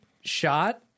shot